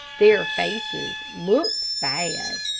their faces looked sad,